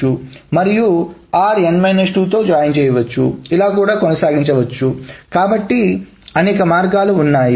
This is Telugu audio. మరియు అది rn 2 తో జాయిన్ చేయవచ్చు ఇలా కూడా కొనసాగించవచ్చు కాబట్టి అనేక మార్గాలు ఉన్నాయి